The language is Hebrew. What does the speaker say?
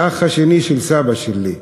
האח השני של סבא שלי,